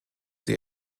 sie